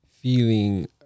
feeling